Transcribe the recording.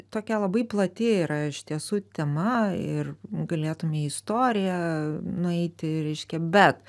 tokia labai plati yra iš tiesų tema ir galėtume į istoriją nueiti reiškia bet